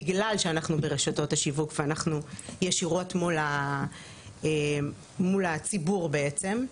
בגלל שאנחנו ברשתות השיווק ואנחנו ישירות מול הציבור בעצם.